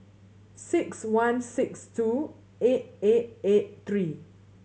six one six two eight eight eight three